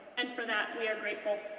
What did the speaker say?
and for that, we are grateful.